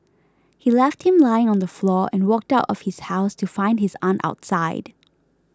he left him lying on the floor and walked out of his house to find his aunt outside